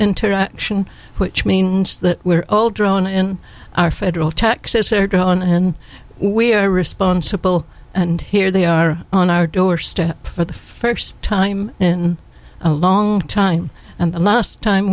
interaction which means that we're all drone in our federal taxes they're gone and we are responsible and here they are on our doorstep for the first time in a long time and the last time